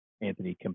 Anthony